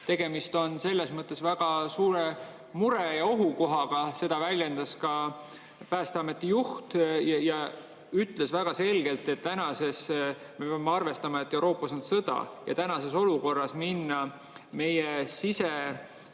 Tegemist on selles mõttes väga suure mure ja ohukohaga, seda väljendas ka Päästeameti juht. Ta ütles väga selgelt, et me peame arvestama, et Euroopas on sõda, ja praeguses olukorras sellisel